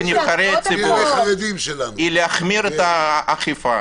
כנבחרי ציבור היא להחמיר את האכיפה,